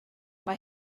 mae